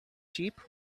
cheap